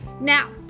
Now